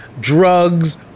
drugs